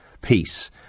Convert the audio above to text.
peace